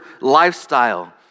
lifestyle